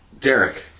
Derek